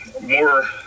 more